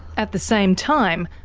at the same time,